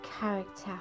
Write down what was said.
character